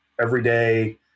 everyday